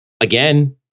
again